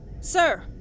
Sir